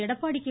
Edappadi K